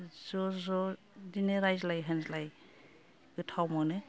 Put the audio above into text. ज' ज' बिदिनो रायज्लाय होनज्लाय गोथाव मोनो